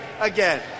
again